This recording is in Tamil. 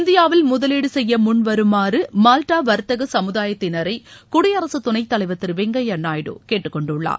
இந்தியாவில் முதலீடு செய்ய முன்வருமாறு மால்தா வா்த்தக சமூதாயத்தினரை குடியரசுத் துணைத் தலைவர் திரு வெங்கையா நாயுடு கேட்டுக்கொண்டுள்ளார்